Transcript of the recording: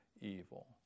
evil